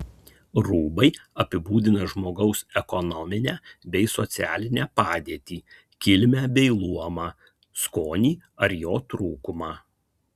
rūbai apibūdina žmogaus ekonominę bei socialinę padėtį kilmę bei luomą skonį ar jo trūkumą